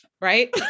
right